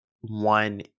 one